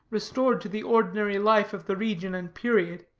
restored to the ordinary life of the region and period,